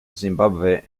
zimbabwe